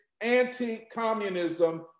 anti-communism